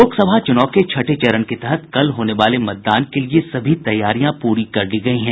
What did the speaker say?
लोकसभा चुनाव के छठे चरण के तहत कल होने वाले मतदान के लिए सभी तैयारियां पूरी कर ली गयी हैं